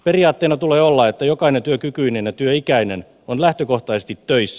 periaatteena tulee olla että jokainen työkykyinen ja työikäinen on lähtökohtaisesti töissä